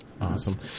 Awesome